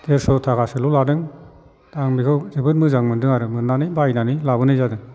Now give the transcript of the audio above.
देरस' थाखासोल' लादों आं बेखौ जोबोर मोजां मोनदों आरो मोन्नानै बायनानै लाबोनाय जादों